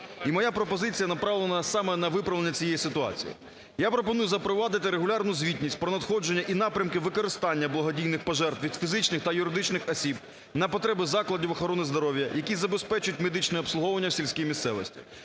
моя пропозиція направлена саме на виправлення цієї ситуації. Я пропоную запровадити регулярну звітність про надходження і напрямки використання благодійних пожертв від фізичних та юридичних осіб на потреби закладів охорони здоров'я, які забезпечують медичне обслуговування в сільській місцевості.